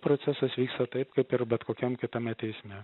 procesas vyksta taip kaip ir bet kokiam kitame teisme